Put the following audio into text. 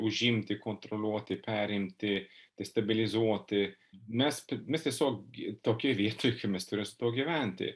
užimti kontroliuoti perimti destabilizuoti mes mes tiesiog tokioj vietoj kaip mes turėsim su tuo gyventi